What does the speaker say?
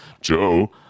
joe